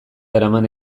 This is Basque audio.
eraman